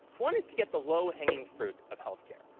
one is to get the low-hanging fruit of healthcare,